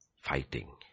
fighting